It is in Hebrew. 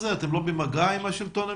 האם אתם לא במגע עם השלטון המקומי?